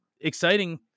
exciting